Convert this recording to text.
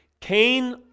Cain